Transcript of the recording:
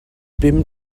bum